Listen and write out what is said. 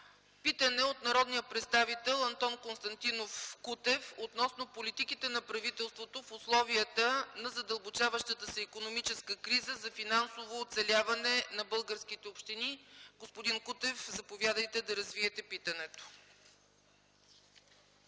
Питане от народния представител Антон Константинов Кутев относно политиките на правителството в условията на задълбочаващата се икономическа криза за финансово оцеляване на българските общини. Господин Кутев, заповядайте да развиете питането.